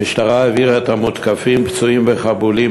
המשטרה העבירה את המותקפים פצועים וחבולים